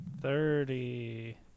thirty